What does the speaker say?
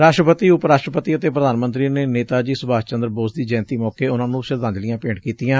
ਰਾਸ਼ਟਰਪਤੀ ਉਪ ਰਾਸ਼ਟਰਪਤੀ ਅਤੇ ਪ੍ਰਧਾਨ ਮੰਤਰੀ ਨੇ ਨੇਤਾ ਜੀ ਸੁਭਾਸ਼ ਚੰਦਰ ਬੋਸ ਦੀ ਜਯੰਤੀ ਮੌਕੇ ਉਨੂਾਂ ਨੂੰ ਸ਼ਰਧਾਂਜਲੀਆਂ ਭੇਟ ਕੀਤੀਆਂ